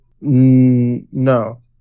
No